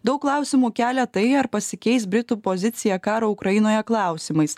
daug klausimų kelia tai ar pasikeis britų pozicija karo ukrainoje klausimais